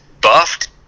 buffed